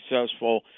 successful